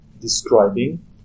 describing